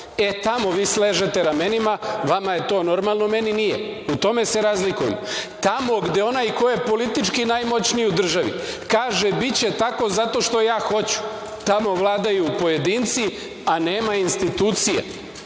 tamo vi sležete ramenima, vama je to normalno, meni nije. U tome se razlikujemo. Tamo gde onaj ko je politički najmoćniji u državi kaže – biće tako zato što ja hoću, tamo vladaju pojedinci, a nema institucija.